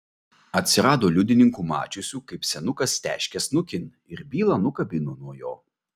atsirado liudininkų mačiusių kaip senukas teškia snukin ir bylą nukabino nuo jo